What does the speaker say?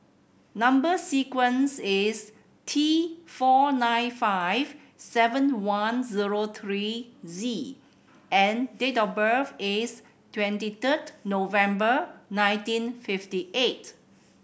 number sequence is T four nine five seven one zero three Z and date of birth is twenty third November nineteen fifty eight